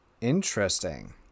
Interesting